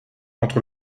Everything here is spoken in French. entre